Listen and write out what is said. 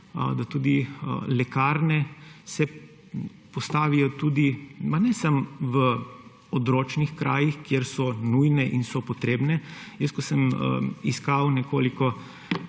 se tudi lekarne postavijo tudi, ne samo v odročnih krajih, kjer so nujne in so potrebne, jaz, ko sem iskal nekoliko